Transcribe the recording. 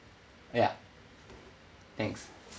ya thanks